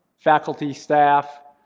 faculty, staff,